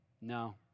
No